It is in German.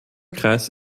kreis